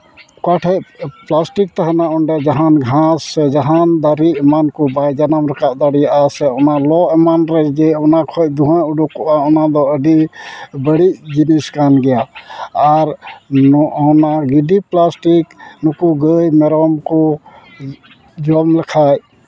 ᱚᱠᱟᱴᱷᱮᱱ plastic ᱛᱟᱦᱮᱱᱟ ᱚᱸᱰᱮ ᱡᱟᱦᱟᱸ ᱜᱷᱟᱥ ᱥᱮ ᱡᱟᱦᱟᱱ ᱫᱟᱨᱮ ᱮᱢᱟᱱ ᱠᱚ ᱵᱟᱭ ᱡᱟᱱᱟᱢ ᱨᱟᱠᱟᱵ ᱫᱟᱲᱮᱭᱟᱜᱼᱟ ᱥᱮ ᱚᱱᱟ ᱞᱚ ᱮᱢᱟᱱ ᱨᱮ ᱡᱮ ᱚᱱᱟ ᱠᱷᱚᱱ ᱫᱷᱩᱦᱟᱹ ᱩᱰᱩᱠᱚᱜᱼᱟ ᱚᱱᱟᱫᱚ ᱟᱹᱰᱤ ᱵᱟᱹᱲᱤᱡ ᱡᱤᱱᱤᱥ ᱠᱟᱱ ᱜᱮᱭᱟ ᱟᱨ ᱚᱱᱟ ᱜᱤᱰᱤ ᱯᱞᱟᱥᱴᱤᱠ ᱱᱩᱠᱩ ᱜᱟᱹᱭ ᱢᱮᱨᱚᱢ ᱠᱚ ᱡᱚᱢ ᱞᱮᱠᱷᱟᱱ